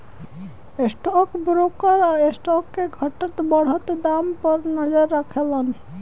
stock broker stock के घटत बढ़त दाम पर नजर राखेलन